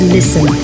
Listen